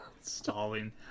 Stalling